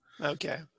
Okay